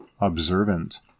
observant